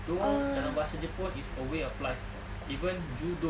do dalam bahasa jepun is a way of life even judo